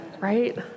right